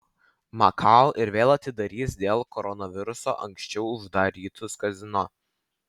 makao ir vėl atidarys dėl koronaviruso anksčiau uždarytus kazino